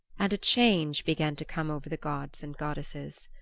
and a change began to come over the gods and goddesses.